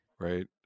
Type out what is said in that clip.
Right